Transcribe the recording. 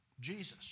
Jesus